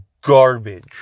garbage